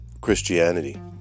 Christianity